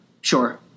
sure